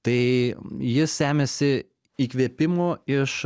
tai jis semiasi įkvėpimo iš